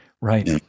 Right